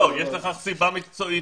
לא, לא, יש לכך סיבה מקצועית מוצדקת.